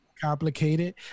complicated